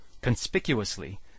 Conspicuously